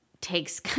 takes